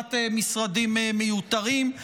ובסגירת משרדים מיותרים.